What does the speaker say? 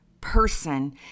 person